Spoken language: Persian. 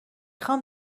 خوام